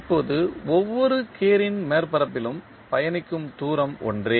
இப்போது ஒவ்வொரு கியரின் மேற்பரப்பிலும் பயணிக்கும் தூரம் ஒன்றே